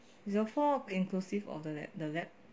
is your four inclusive of the lab the lab